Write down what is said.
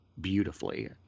beautifully